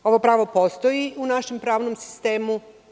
Ovo pravo postoji u našem pravnom sistemu.